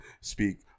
speak